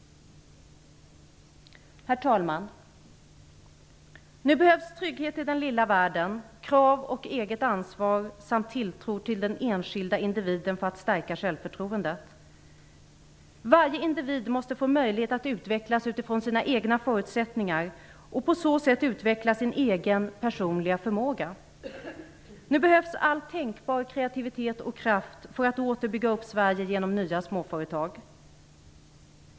Herr talman! Nu behövs det trygghet i den lilla världen, krav och eget ansvar samt tilltro till den enskilda individen för att stärka självförtroendet. Varje individ måste få möjlighet att utvecklas utifrån sina egna förutsättningar och på så sätt utveckla sin egen personliga förmåga. Nu behövs all tänkbar kreativitet och kraft för att åter bygga upp Sverige genom nya småföretag.